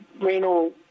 renal